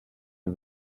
mir